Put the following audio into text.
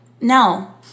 no